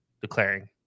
declaring